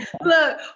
Look